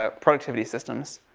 ah productivity systems.